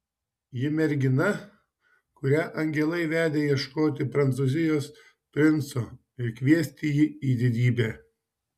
ji mergina kurią angelai vedė ieškoti prancūzijos princo ir kviesti jį į didybę